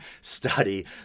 study